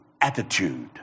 attitude